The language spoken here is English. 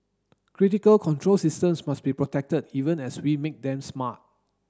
critical control systems must be protected even as we make them smart